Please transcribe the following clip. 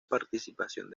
participación